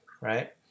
right